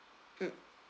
mm